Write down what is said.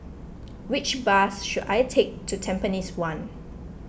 which bus should I take to Tampines one